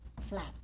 flat